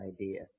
idea